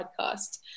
podcast